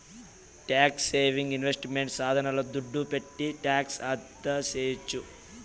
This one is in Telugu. ట్యాక్స్ సేవింగ్ ఇన్వెస్ట్మెంట్ సాధనాల దుడ్డు పెట్టి టాక్స్ ఆదాసేయొచ్చు